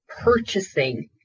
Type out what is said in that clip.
purchasing